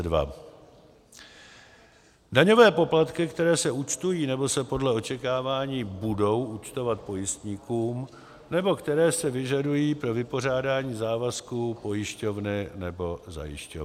h) daňové poplatky, které se účtují nebo se podle očekávání budou účtovat pojistníkům, nebo které se vyžadují pro vypořádání závazků pojišťovny nebo zajišťovny.